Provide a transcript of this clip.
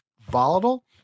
volatile